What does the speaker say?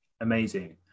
Amazing